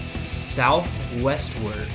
Southwestward